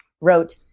wrote